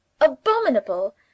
abominable